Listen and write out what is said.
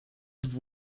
have